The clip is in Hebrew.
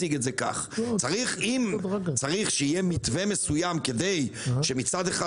צריך שיהיה מתווה מסוים כדי שמצד אחד,